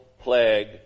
plague